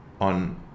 on